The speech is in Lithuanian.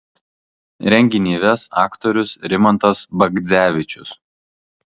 renginį ves aktorius rimantas bagdzevičius